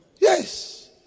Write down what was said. Yes